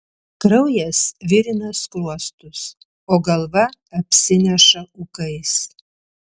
kraujas virina skruostus o galva apsineša ūkais